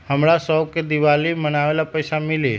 हमरा शव के दिवाली मनावेला पैसा मिली?